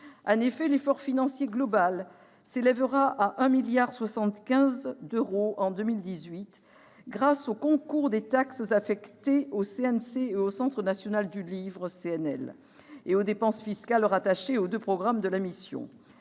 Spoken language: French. En effet, l'effort financier global s'élèvera à 1,75 milliard d'euros en 2018, grâce au concours des taxes affectées au CNC et au Centre national du livre, le CNL, et aux dépenses fiscales rattachées aux deux programmes de la mission.